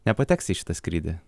nepateksi į šitą skrydį